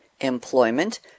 employment